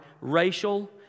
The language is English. racial